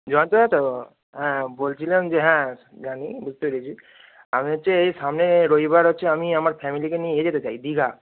জয়ন্তদা তো হ্যাঁ বলছিলাম যে হ্যাঁ জানি বুঝতে পেরেছি আমি হচ্ছে এই সামনে রবিবার হচ্ছে আমি আমার ফ্যামিলিকে নিয়ে ইয়ে যেতে চাই দীঘা